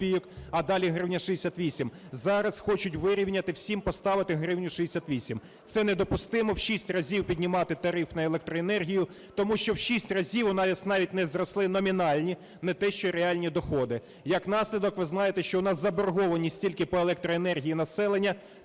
а далі 1 гривня 68. Зараз хочуть вирівняти і всім поставити 1 гривню 68. Це недопустимо у 6 разів піднімати тариф на електроенергію, тому що в 6 разів у нас навіть не зросли номінальні, не те, що реальні доходи. Як наслідок, ви знаєте, що у нас заборгованість тільки по електроенергії населення